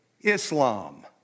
Islam